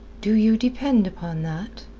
do you depend upon that?